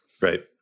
Right